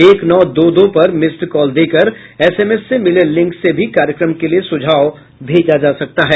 एक नौ दो दो पर मिस्ड कॉल देकर एसएमएस से मिले लिंक से भी कार्यक्रम के लिए सुझाव भेजा जा सकता है